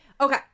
Okay